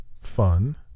Fun